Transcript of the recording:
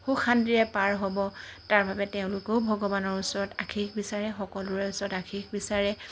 সুখ শান্তিৰে পাৰ হ'ব তাৰবাবে তেওঁলোকেও ভগৱানৰ ওচৰত আশিস বিচাৰে সকলোৰে ওচৰত আশিস বিচাৰে